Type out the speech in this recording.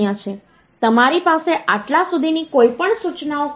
તેથી આપણી પાસે જે પ્રથમ સૌથી મહત્વપૂર્ણ કામગીરી છે તે 2 સંખ્યાઓનો ઉમેરો છે